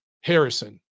Harrison